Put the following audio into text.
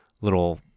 little